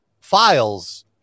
files